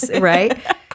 Right